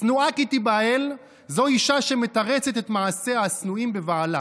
"שנואה כי תבעל" זו אישה שמתרצת את מעשיה השנואים בבעלה: